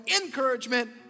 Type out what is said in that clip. encouragement